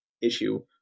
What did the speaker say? issue